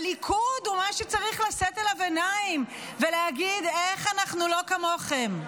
הליכוד הוא מה שצריך לשאת אליו עיניים ולהגיד "איך אנחנו לא כמוכם"?